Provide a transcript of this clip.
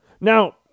Now